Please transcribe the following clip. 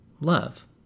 love